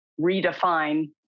redefine